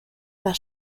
par